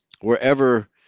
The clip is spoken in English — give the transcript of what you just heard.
wherever